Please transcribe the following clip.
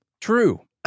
True